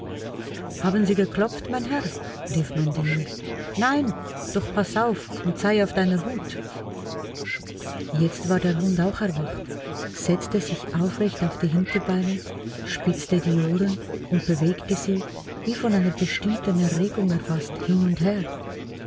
haben sie geklopft mein herr rief mein diener nein doch paß auf und sei auf deiner hut jetzt war der hund auch erwacht setzte sich aufrecht auf die hinterbeine spitzte die ohren und bewegte sie wie von einer bestimmten erregung erfaßt hin und her